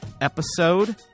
episode